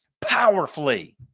powerfully